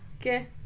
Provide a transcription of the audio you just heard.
Okay